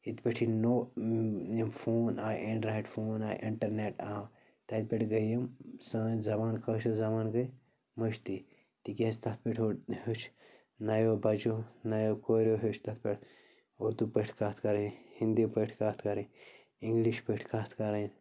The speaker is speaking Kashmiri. یِتھ پٲٹھۍ یہِ نوٚو یِم فون آے اٮ۪نٛڈرایِڈ فون آے اِنٹَرنٮ۪ٹ آو تَتہِ پٮ۪ٹھ گٔے یِم سٲنۍ زبان کٲشِر زبان گٔے مٔشتٕے تِکیٛازِ تَتھ پٮ۪ٹھ ہیوٚچھ نَیو بچو نَیو کوریو ہیوٚچھ تَتھ پٮ۪ٹھ اُردو پٲٹھۍ کَتھ کَرٕنۍ ہِندی پٲٹھۍ کَتھ کَرٕنۍ اِنٛگلِش پٲٹھۍ کَتھ کَرٕنۍ